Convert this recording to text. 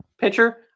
pitcher